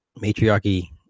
Matriarchy